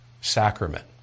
sacrament